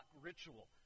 ritual